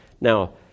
Now